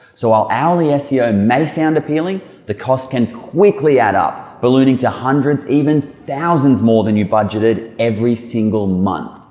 so while hourly ah seo may sound appealing the cost can quickly add up, ballooning to hundreds even thousands more than you budgeted every single month.